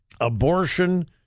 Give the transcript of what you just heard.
abortion